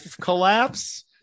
collapse